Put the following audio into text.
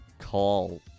call